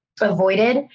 avoided